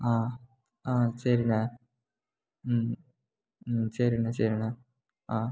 ஆ ஆ சரிண்ண ம் ம் சரிண்ண சரிண்ண ஆ